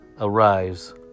arise